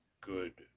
good